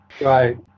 Right